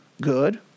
good